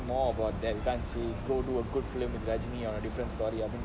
more about that we can't say go do a good film in ghajini or a different story I mean